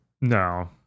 No